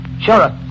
Sure